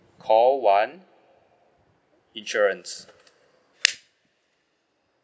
call one insurance